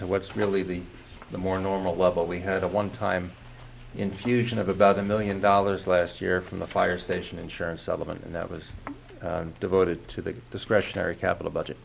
to what's really the the more normal level we had a one time infusion of about a million dollars last year from the fire station insurance settlement and that was devoted to the discretionary capital budget